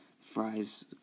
Fries